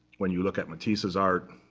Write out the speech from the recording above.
when you look at matisse's art,